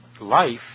life